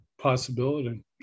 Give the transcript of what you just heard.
possibility